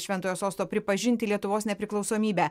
šventojo sosto pripažinti lietuvos nepriklausomybę